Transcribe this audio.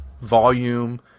volume